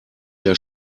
der